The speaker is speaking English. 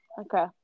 Okay